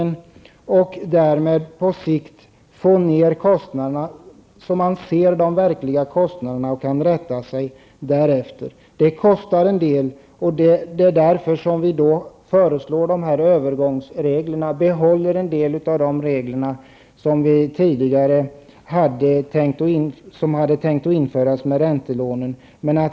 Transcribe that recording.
Därmed får vi på sikt ner kostnaderna. Man kan se de verkliga kostnaderna och kan rätta sig därefter. Det kostar en del, och det är därför som vi föreslår övergångsregler och behåller en del av de regler som tidigare hade tänkt införas med räntelånen.